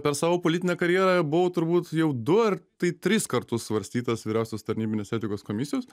per savo politinę karjerą buvau turbūt jau du ar tai tris kartus svarstytas vyriausiosios tarnybinės etikos komisijos